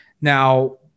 now